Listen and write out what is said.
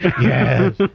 Yes